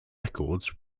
records